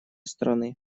страны